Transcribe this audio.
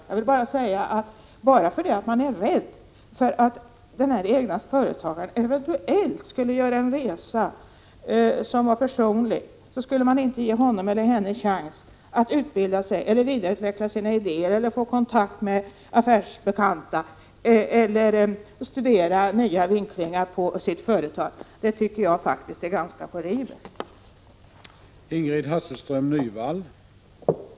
Jag vill bara säga att om man bara därför att man är rädd för att en egenföretagare eventuellt skulle göra en privat resa inte vill ge honom eller henne chansen att utbilda sig, att vidareutveckla sina idéer, att få kontakt med affärsbekanta eller att studera olika vinklingar på sitt företags verksamhet, då tycker jag det är ganska — Prot. 1986/87:127 horribelt. 20 maj 1987